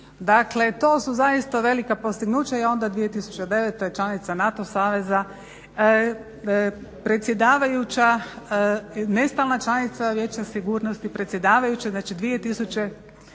Dakle to su zaista velika postignuća i onda 2009.članica NATO Saveza, predsjedavajuća, nestalna članica Vijeća sigurnosti, predsjedavajući znači